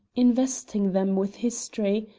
investing them with histories,